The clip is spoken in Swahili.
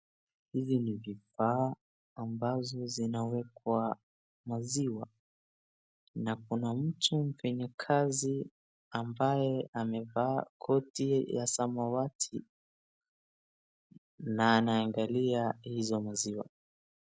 Hizi ni vifaa ambazo zinawekwa maziwa na kuna mtu mfanya kazi ambaye amevaa koti ya samawati na anaangalia hizo maziwa .